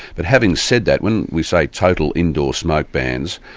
but having said that, when we say total indoor smoke bans,